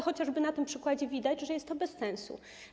Chociażby na tym przykładzie widać, że jest to bez sensu.